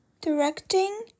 Directing